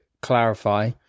clarify